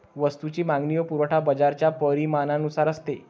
वस्तूची मागणी व पुरवठा बाजाराच्या परिणामानुसार असतो